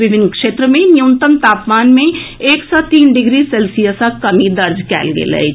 विभिन्न क्षेत्र मे न्यूनतम तापमान मे एक सॅ तीन डिग्री सेल्सियसक कमी दर्ज कयल गेल अछि